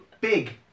big